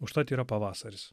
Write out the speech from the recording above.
užtat yra pavasaris